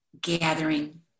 gathering